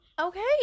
okay